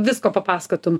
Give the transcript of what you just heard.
visko papasakotum